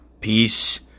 peace